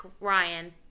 Ryan